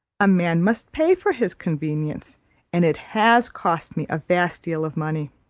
a man must pay for his convenience and it has cost me a vast deal of money.